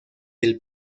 del